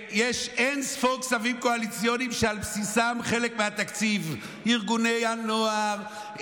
שיש אין-ספור כספים קואליציוניים שעל בסיסם חלק מהתקציב: ארגוני הנוער,